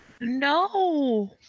No